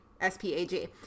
S-P-A-G